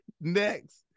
Next